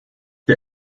der